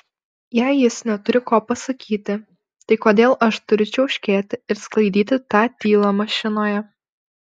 jei jis neturi ko pasakyti tai kodėl aš turiu čiauškėti ir sklaidyti tą tylą mašinoje